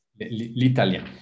L'italien